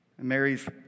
Mary's